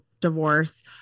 divorce